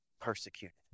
persecuted